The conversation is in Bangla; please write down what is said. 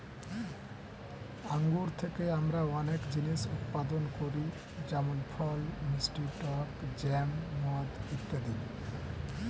আঙ্গুর থেকে আমরা অনেক জিনিস উৎপাদন করি যেমন ফল, মিষ্টি, টক জ্যাম, মদ ইত্যাদি